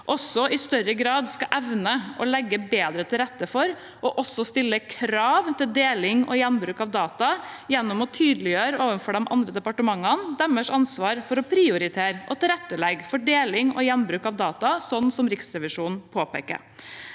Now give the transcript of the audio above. i større grad skal evne å legge bedre til rette for og også stille krav til deling og gjenbruk av data gjennom å tydeliggjøre overfor de andre departementene deres ansvar for å prioritere og tilrettelegge for deling og gjenbruk av data, slik Riksrevisjonen påpeker.